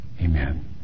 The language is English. Amen